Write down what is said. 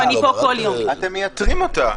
אתם מייתרים אותה.